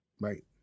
Right